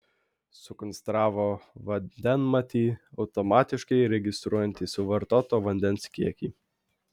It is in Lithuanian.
sukonstravo vandenmatį automatiškai registruojantį suvartoto vandens kiekį